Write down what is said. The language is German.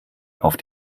auf